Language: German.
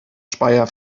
speyer